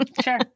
Sure